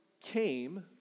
came